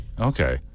Okay